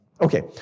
Okay